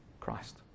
Christ